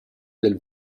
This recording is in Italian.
del